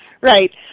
right